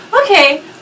okay